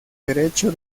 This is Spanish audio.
derecho